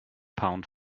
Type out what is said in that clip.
pound